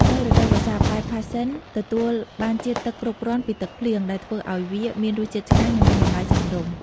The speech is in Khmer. នៅរដូវវស្សា ផ្លែផាសសិនទទួលបានជាតិទឹកគ្រប់គ្រាន់ពីទឹកភ្លៀង ដែលធ្វើឲ្យវាមានរសជាតិឆ្ងាញ់ និងមានតម្លៃសមរម្យ។